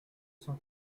cent